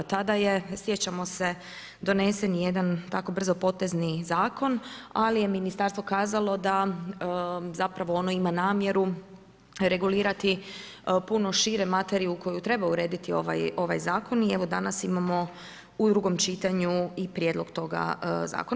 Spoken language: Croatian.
Tada je, sjećamo se donesen jedan tako brzo potezni Zakon, ali je Ministarstvo kazalo da zapravo ono ima namjeru regulirati puno šire materiju koju treba urediti ovaj Zakon i evo danas imamo u drugom čitanju i prijedlog toga Zakona.